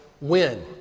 win